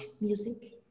music